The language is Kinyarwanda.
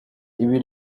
ibi